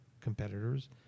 competitors